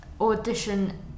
audition